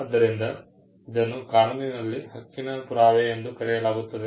ಆದ್ದರಿಂದ ಇದನ್ನು ಕಾನೂನಿನಲ್ಲಿ ಹಕ್ಕಿನ ಪುರಾವೆ ಎಂದು ಕರೆಯಲಾಗುತ್ತದೆ